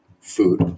food